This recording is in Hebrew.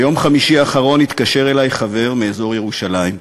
ביום חמישי האחרון התקשר אלי חבר מאזור ירושלים,